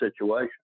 situation